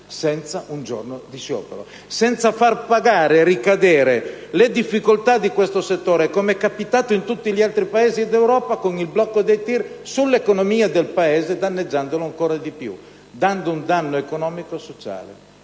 senza un giorno di sciopero, senza far pagare e ricadere le difficoltà di questo settore, come è capitato in tutti gli altri Paesi d'Europa con il blocco dei TIR, sull'economia del Paese, danneggiandolo ulteriormente e producendo un danno economico e sociale.